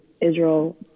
Israel